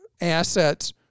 assets